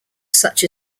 such